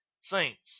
saints